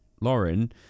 Lauren